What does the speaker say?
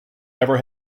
never